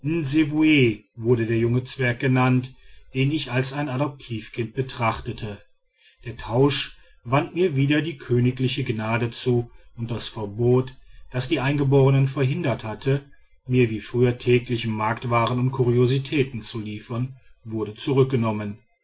wurde der junge zwerg genannt den ich als ein adoptivkind betrachtete der tausch wandte mir wieder die königliche gnade zu und das verbot das die eingeborenen verhindert hatte mir wie früher täglich marktwaren und kuriositäten zu liefern wurde zurückgenommen